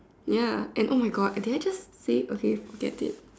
ya and oh my God did I just say okay forget it